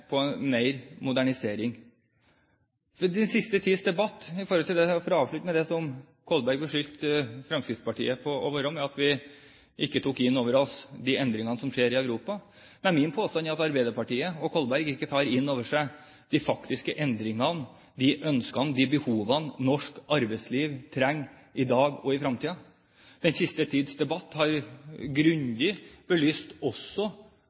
på mer modernisering. For å avslutte med det som Kolberg beskyldte Fremskrittspartiet for å være, ved at vi ikke tar inn over oss de endringene som skjer i Europa: Min påstand er at Arbeiderpartiet og Kolberg ikke tar inn over seg de faktiske endringene, de ønskene og de behovene norsk arbeidsliv har i dag og i fremtiden. Den siste tids debatt har grundig belyst også